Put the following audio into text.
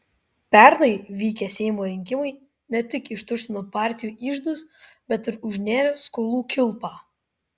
pernai vykę seimo rinkimai ne tik ištuštino partijų iždus bet ir užnėrė skolų kilpą